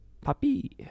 Puppy